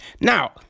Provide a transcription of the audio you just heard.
Now